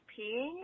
peeing